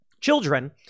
Children